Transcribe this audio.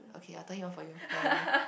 okay I tell him off for you don't worry